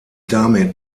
damit